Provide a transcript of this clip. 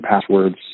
passwords